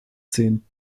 zehn